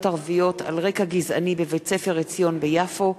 ערביות על רקע גזעני בבית-ספר "עציון" ביפו,